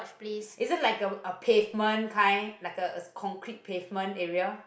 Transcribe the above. is it like a a pavement kind like a concrete pavement area